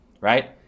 right